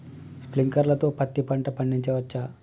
Sprinkler తో పత్తి పంట పండించవచ్చా?